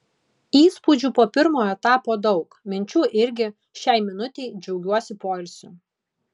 įspūdžių po pirmo etapo daug minčių irgi šiai minutei džiaugiuosi poilsiu